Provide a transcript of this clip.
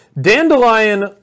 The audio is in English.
Dandelion